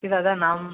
কী দাদা নাম